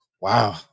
Wow